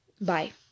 bye